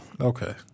Okay